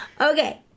okay